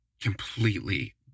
completely